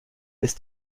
ist